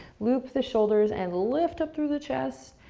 loop the shoulders and lift up through the chest.